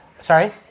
Sorry